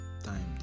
time